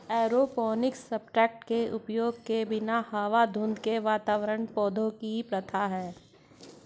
aeroponics substrate के उपयोग के बिना हवा धुंध के वातावरण पौधों की प्रथा है